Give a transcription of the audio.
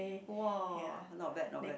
!wah! not bad not bad